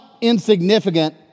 insignificant